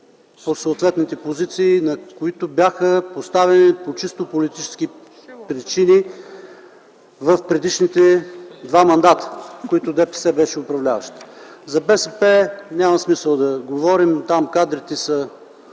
на съответните позиции, на които бяха поставени по чисто политически причини в предишните два мандата, в които ДПС беше управляващо. За БСП няма смисъл да говорим, там кадрите са